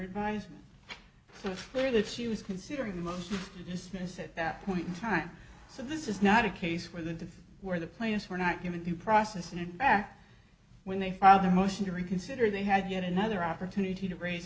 advisement so clear that she was considering the motion to dismiss at that point in time so this is not a case where the where the plaintiffs were not given due process and in fact when they filed a motion to reconsider they had yet another opportunity to raise